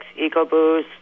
EcoBoost